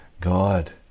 God